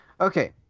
Okay